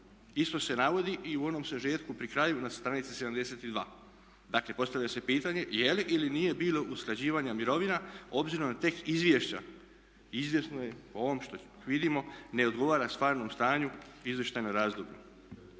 Isto se navodi i u onom sažetku pri kraju na stranici 72. Dakle, postavlja se pitanje je li ili nije bilo usklađivanja mirovina obzirom na tekst izvješća? Izvjesno je po ovom što vidimo ne odgovara stvarnom stanju izvještajnog razdoblja.